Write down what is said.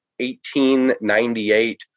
1898